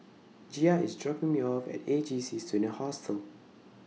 Gia IS dropping Me off At A J C Student Hostel